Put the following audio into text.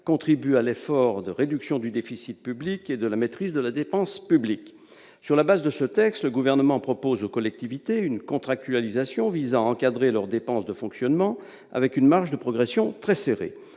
contribuent à l'effort de réduction du déficit public et de maîtrise de la dépense publique ». Sur le fondement de ce texte, le Gouvernement propose aux collectivités une contractualisation visant à encadrer leurs dépenses de fonctionnement, avec une marge de progression très serrée.